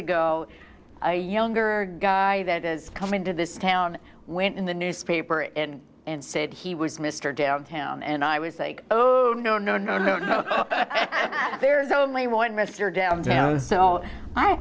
ago a younger guy that is coming to this town went in the newspaper in and said he was mr downtown and i was like oh no no no no no i'm there is only one mr downtown so i